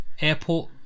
airport